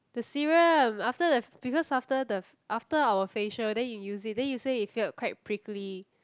the serum after the because after the f~ after our facial then you use it then you say you feel quite prickly